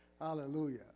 hallelujah